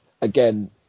Again